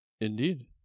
Indeed